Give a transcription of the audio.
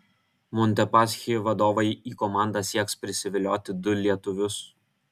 montepaschi vadovai į komandą sieks prisivilioti du lietuvius